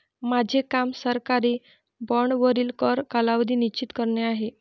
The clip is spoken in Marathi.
माझे काम सरकारी बाँडवरील कर कालावधी निश्चित करणे आहे